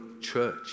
church